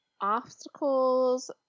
obstacles